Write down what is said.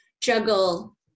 juggle